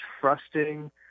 trusting